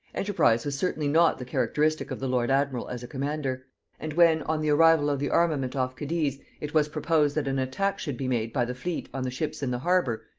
enterprise was certainly not the characteristic of the lord admiral as a commander and when on the arrival of the armament off cadiz, it was proposed that an attack should be made by the fleet on the ships in the harbour,